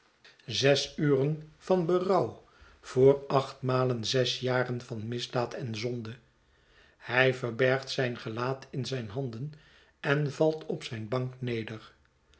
zes uren van berouw voor acht malen zes jaren van misdaad en zonde hij verbergt zijn gelaat in zijn handen en valt op zijn bank neder